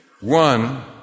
One